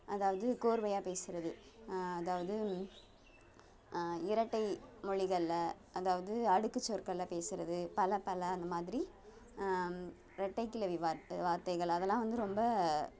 அதாவது கோர்வையாக பேசுகிறது அதாவது இரட்டை மொழிகள்ல அதாவது அடுக்குச் சொற்களில் பேசுகிறது பல பல அந்த மாதிரி ரெட்டைக்கிளவி வார்த் வார்த்தைகள் அதெல்லாம் வந்து ரொம்ப